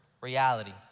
reality